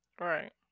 Right